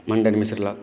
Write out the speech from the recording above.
मण्डन मिश्र लग